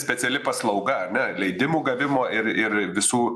speciali paslauga na leidimų gavimo ir ir visų